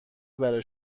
برای